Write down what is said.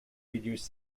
reduce